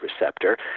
receptor